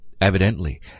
Evidently